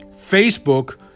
Facebook